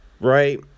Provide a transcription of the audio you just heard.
Right